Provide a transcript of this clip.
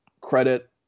credit